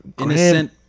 Innocent